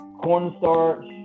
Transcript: cornstarch